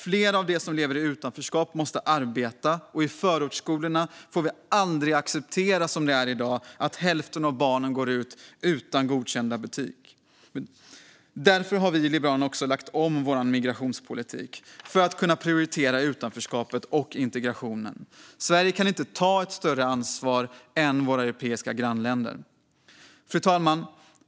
Fler av dem som lever i utanförskap måste arbeta, och i förortsskolorna får vi aldrig acceptera att hälften av barnen, som i dag, går ut utan godkända betyg. Därför har vi i Liberalerna lagt om vår migrationspolitik för att kunna prioritera utanförskapet och integrationen. Sverige kan inte ta ett större ansvar än sina europeiska grannländer. Fru talman!